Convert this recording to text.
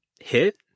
hit